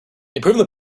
improving